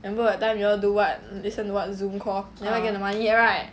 remember that time you all do what listen to what zoom call never get the money yet right